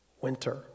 winter